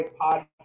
podcast